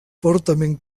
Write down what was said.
fortament